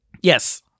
yes